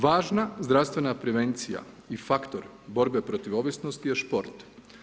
Važna zdravstvena prevencija i faktor borbe protiv ovisnosti je šport.